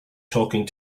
talking